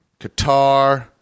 Qatar